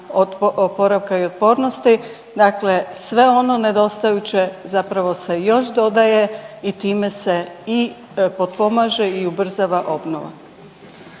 oporavka i otpornosti dakle sve ono nedostajuće zapravo se još dodaje i time se i potpomaže i ubrzava obnova.